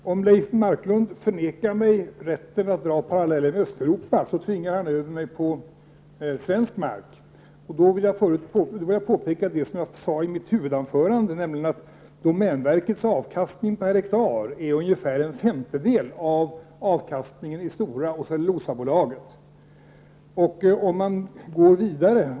Herr talman! Om Leif Marklund förnekar mig rätten att dra paralleller med Östeuropa tvingar han över mig på svensk mark. Då vill jag påminna om vad jag sade i mitt huvudanförande, nämligen att domänverkets avkastning per hektar är ungefär en femtedel av avkastningen i Stora och Norrlands Skogsägares Cellulosa AB.